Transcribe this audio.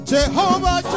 Jehovah